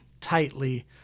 tightly